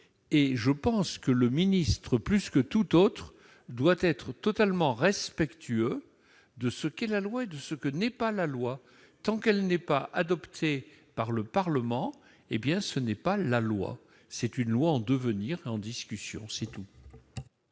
Et je pense que le ministre, plus que tout autre, doit être totalement respectueux de ce qu'est la loi et de ce qu'elle n'est pas : tant qu'elle n'est pas adoptée par le Parlement, ce n'est qu'une loi en devenir et en discussion. Acte vous